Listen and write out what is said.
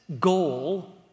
goal